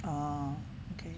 oh okay